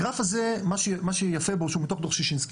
הגרף הזה, מה שיפה בו שהוא מתוך דו"ח שישינסקי.